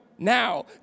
Now